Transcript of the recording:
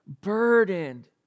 burdened